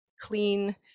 clean